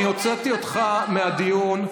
אני הוצאתי אותך מהדיון.